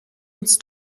uns